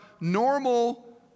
normal